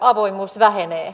avoimuus vähenee